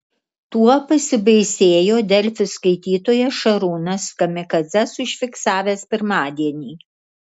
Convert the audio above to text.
tuo pasibaisėjo delfi skaitytojas šarūnas kamikadzes užfiksavęs pirmadienį